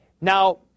Now